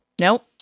Nope